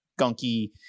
gunky